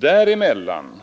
Däremellan